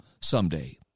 someday